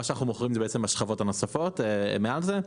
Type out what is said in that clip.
שאנחנו מוכרים זה בעצם השכבות הנוספות מעל זה.